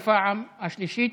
בפעם השלישית,